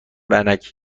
ونک